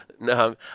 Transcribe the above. No